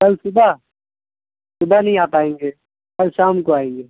کل صبح صبح نہیں آ پائیں گے کل شام کو آئیں گے